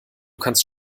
kannst